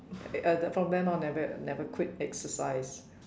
at that from then on never never quit exercise